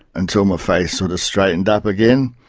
until my face sort of straightened up again.